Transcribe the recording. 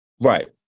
right